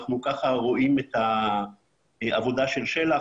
אנחנו ככה רואים את העבודה של של"ח.